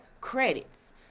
credits